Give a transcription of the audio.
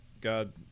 God